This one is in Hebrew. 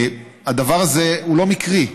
הדבר הזה הוא לא מקרי.